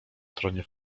tronie